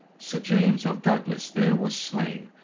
sir james of douglas there was slain,